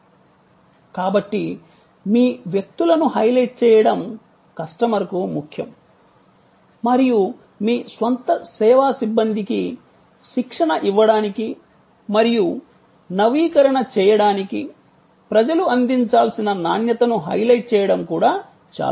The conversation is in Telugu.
కాబట్టి మీ వ్యక్తులను హైలైట్ చేయడం కస్టమర్కు ముఖ్యం మరియు మీ స్వంత సేవా సిబ్బందికి శిక్షణ ఇవ్వడానికి మరియు నవీకరణ చేయడానికి ప్రజలు అందించాల్సిన నాణ్యతను హైలైట్ చేయడం కూడా చాలా ముఖ్యం